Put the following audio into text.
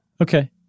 Okay